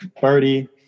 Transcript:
Birdie